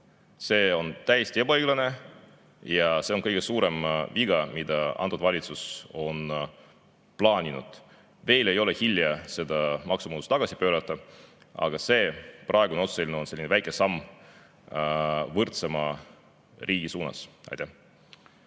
See on täiesti ebaõiglane ja see on kõige suurem viga, mida see valitsus on plaaninud. Veel ei ole hilja seda maksumuudatust tagasi pöörata. Aga see praegune otsuse eelnõu on väike samm võrdsema riigi suunas. Aitäh!